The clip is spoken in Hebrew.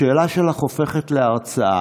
השאלה שלך הופכת להרצאה.